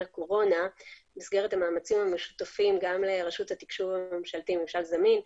הקורונה במסגרת המאמצים המשותפים גם לרשות התקשוב הממשלתית וממשל זמין,